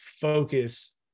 focus